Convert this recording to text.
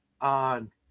on